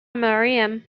maryam